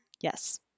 Yes